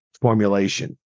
formulation